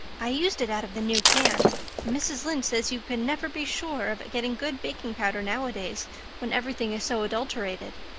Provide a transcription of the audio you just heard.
i used it out of the new can. and mrs. lynde says you can never be sure of getting good baking powder nowadays when everything is so adulterated.